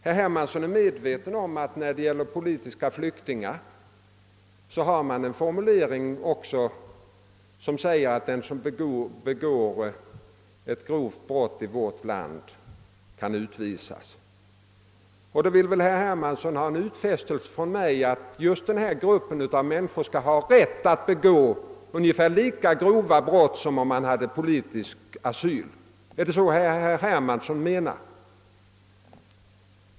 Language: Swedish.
Herr Hermansson är medveten om att vi beträffande politiska flyktingar "har en formulering, som säger att den som begår ett grovt brott i vårt land kan utvisas. Han vill väl ha en utfästelse från mig att just denna grupp av människor som vi nu talar om skall ha rätt att begå ungefär lika grova brott som om de hade politisk asyl. är det detta herr Hermansson menar?